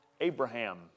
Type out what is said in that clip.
Abraham